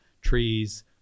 trees